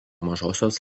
mažosios